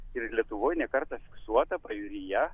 ir lietuvoj ne kartą fiksuota pajūryje